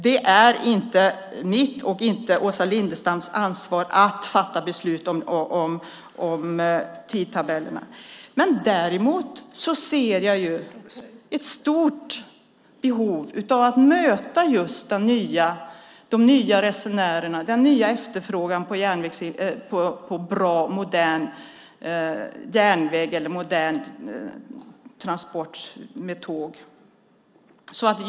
Det är varken mitt eller Åsa Lindestams ansvar att fatta beslut om tidtabellerna. Däremot ser jag ett stort behov av att möta de nya resenärerna, den nya efterfrågan på en bra järnväg, på moderna transporter med tåg.